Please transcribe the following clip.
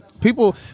people